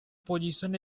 position